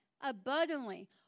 abundantly